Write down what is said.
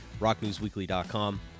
RockNewsWeekly.com